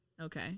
Okay